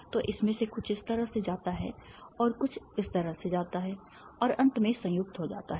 तो इसमें से कुछ इस तरह से जाता है और कुछ इस तरह से जाता है और अंत में संयुक्त हो जाता है